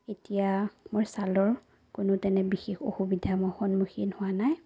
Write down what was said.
এতিয়া মোৰ ছালৰ কোনো তেনে বিশেষ অসুবিধাৰ মই সন্মুখীন হোৱা নাই